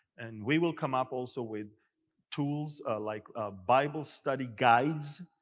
and we will come up also with tools ah like ah bible study guides,